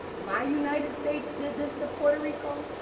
my united states did this to puerto rico?